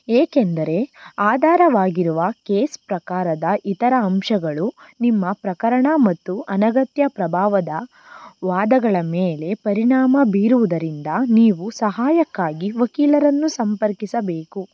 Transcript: ಏಕೆಂದರೆ ಆಧಾರವಾಗಿರುವ ಕೇಸ್ ಪ್ರಕಾರದ ಇತರ ಅಂಶಗಳು ನಿಮ್ಮ ಪ್ರಕರಣ ಮತ್ತು ಅನಗತ್ಯ ಪ್ರಭಾವದ ವಾದಗಳ ಮೇಲೆ ಪರಿಣಾಮ ಬೀರುವುದರಿಂದ ನೀವು ಸಹಾಯಕ್ಕಾಗಿ ವಕೀಲರನ್ನು ಸಂಪರ್ಕಿಸಬೇಕು